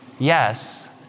yes